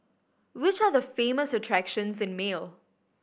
which are the famous attractions in Male